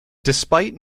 despite